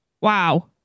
wow